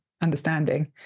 understanding